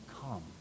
come